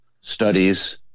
studies